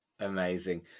Amazing